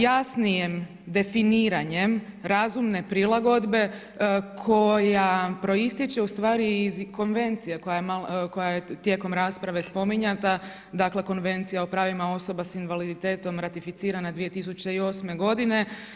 Jasnijim definiranjem razumne prilagodbe koja proističe ustvari iz konvencije koja je tijekom rasprave spominjata dakle Konvencija o pravima osoba s invaliditetom ratificirana 2008. godine.